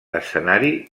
escenari